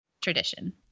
tradition